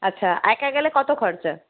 আচ্ছা একা গেলে কত খরচা